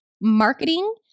marketing